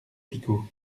picaud